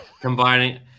Combining